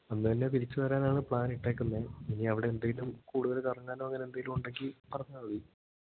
അന്ന് തന്നെ തിരിച്ചുവരാനാണ് പ്ലാൻ ഇട്ടെക്കുന്നത് ഇനി അവിടെ എന്തേലും കൂടുതൽ കറങ്ങാനും അങ്ങനെ എന്തെലും ഉണ്ടെങ്കിൽ പറഞ്ഞാൽ മതി